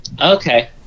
Okay